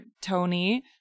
Tony